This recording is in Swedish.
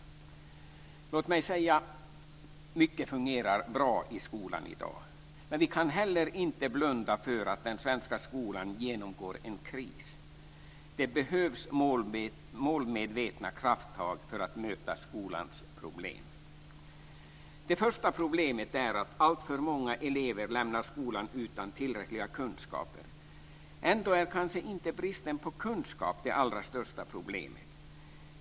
Låt mig säga att mycket fungerar bra i skolan i dag, men vi kan heller inte blunda för att den svenska skolan genomgår en kris. Det behövs målmedvetna krafttag för att möta skolans problem. Det första problemet är att alltför många elever lämnar skolan utan tillräckliga kunskaper. Ändå är kanske inte bristen på kunskap det allra största problemet.